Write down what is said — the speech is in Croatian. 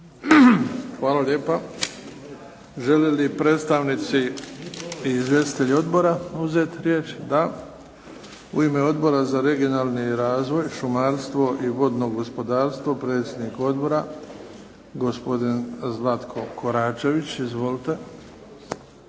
Hvala lijepa. Žele li predstavnici izvjestitelji odbora uzeti riječ? Da. U ime Odbora za regionalni razvoj, šumarstvo i vodno gospodarstvo predsjednik odbora gospodin Zlatko Koračević. Izvolite.